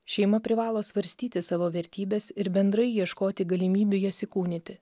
šeima privalo svarstyti savo vertybes ir bendrai ieškoti galimybių jas įkūnyti